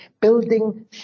building